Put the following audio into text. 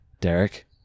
Derek